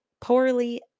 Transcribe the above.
poorly